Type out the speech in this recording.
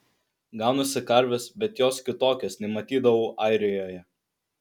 ganosi karvės bet jos kitokios nei matydavau airijoje